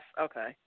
Okay